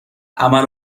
عمل